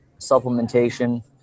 supplementation